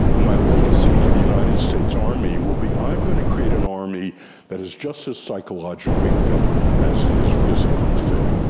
my legacy to the united states army will be i'm going to create an army that is just as psychologically fit as it is physically fit.